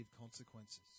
consequences